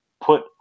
put